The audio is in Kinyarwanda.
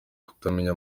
kutamenya